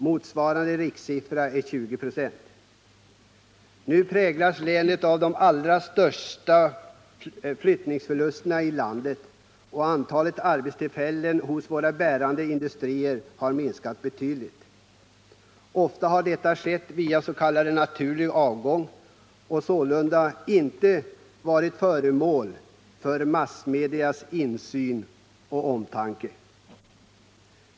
Motsvarande rikssiffra är 20 96. Nu präglas länet av de allra största flyttningsförlusterna i landet, och antalet arbetstill fällen hos våra bärande industrier har minskat betydligt. Oftast har det skett via s.k. naturlig avgång och har sålunda inte varit föremål för massmedias insyn och omtanke.